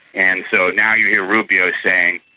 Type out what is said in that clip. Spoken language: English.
and so now you hear rubio saying,